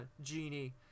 genie